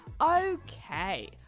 Okay